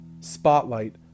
spotlight